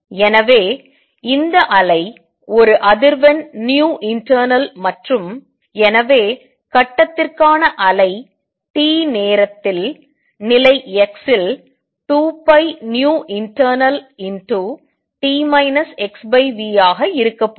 எனவே இந்த அலை ஒரு அதிர்வெண் nu உட்பக்கம் மற்றும் எனவே கட்டத்திற்கான அலை t நேரத்தில் நிலை x இல் 2πinternalt xv ஆக இருக்க போகிறது